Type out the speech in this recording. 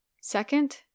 Second